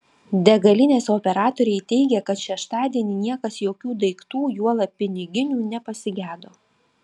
degalinės operatoriai teigė kad šeštadienį niekas jokių daiktų juolab piniginių nepasigedo